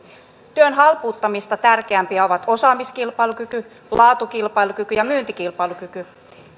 työn halpuuttamista tärkeämpiä ovat osaamiskilpailukyky laatukilpailukyky ja myyntikilpailukyky